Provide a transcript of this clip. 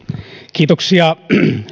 kiitoksia